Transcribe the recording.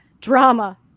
drama